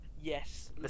Yes